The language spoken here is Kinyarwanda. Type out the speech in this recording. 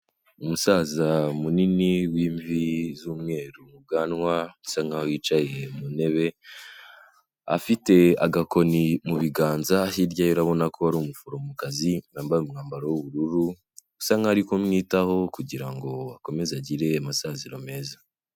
Umusaza munini wimvi z'umweru ubwanwa asa nkaho yicaye mu ntebe afite agakoni mu biganza hirya ye ura abona ko hari umuforomokazi yambaye umwambaro w'ubururu bisa nkaho ari kumwitaho kugira ngo akomeze agire amasaziro meza.